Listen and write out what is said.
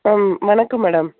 ma'am வணக்கம் madam